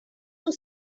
feel